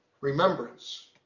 Remembrance